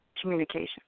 communication